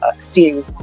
seeing